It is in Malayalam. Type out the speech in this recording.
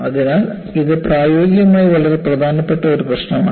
അതിനാൽ ഇത് പ്രായോഗികമായി വളരെ പ്രധാനപ്പെട്ട ഒരു പ്രശ്നമാണ്